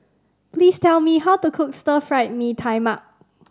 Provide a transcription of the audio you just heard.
please tell me how to cook Stir Fried Mee Tai Mak